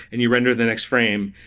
and you render the next frame.